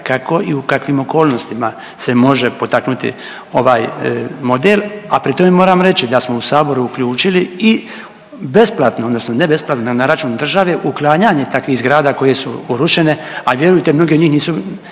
kako i u kakvim okolnostima se može potaknuti ovaj model, a pri tome moram reći da smo u saboru uključili i besplatno odnosno ne besplatno na račun države uklanjanje takvih zgrada koje su urušene, a vjerujte mnoge od njih nisu